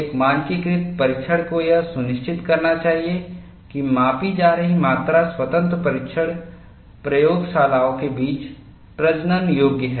एक मानकीकृत परीक्षण को यह सुनिश्चित करना चाहिए कि मापी जा रही मात्रा स्वतंत्र परीक्षण प्रयोगशालाओं के बीच प्रजनन योग्य है